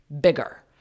bigger